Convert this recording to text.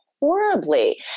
horribly